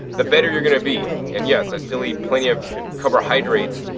the better you're going to be. and yes, i still eat plenty of carbohydrates.